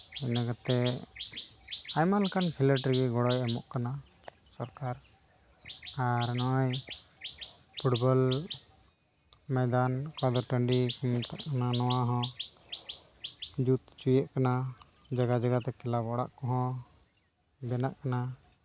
ᱚᱱᱟ ᱠᱟᱛᱮᱫ ᱟᱭᱢᱟ ᱞᱮᱠᱟᱱ ᱠᱷᱮᱞᱳᱰ ᱨᱮᱜᱮ ᱜᱚᱲᱚᱭ ᱮᱢᱚᱜ ᱠᱟᱱᱟ ᱥᱚᱨᱠᱟᱨ ᱟᱨ ᱱᱚᱜᱼᱚᱭ ᱯᱷᱩᱴᱵᱚᱞ ᱢᱚᱭᱫᱟᱱ ᱚᱠᱟᱫᱚ ᱴᱟᱺᱰᱤ ᱦᱟᱱᱟ ᱱᱚᱣᱟ ᱦᱚᱸ ᱡᱩᱛ ᱦᱚᱪᱚ ᱦᱩᱭᱩᱜ ᱠᱟᱱᱟ ᱡᱟᱭᱜᱟ ᱡᱟᱭᱜᱟ ᱛᱮ ᱠᱞᱟᱵᱽ ᱚᱲᱟᱜ ᱠᱚᱦᱚᱸ ᱵᱮᱱᱟᱜ ᱠᱟᱱᱟ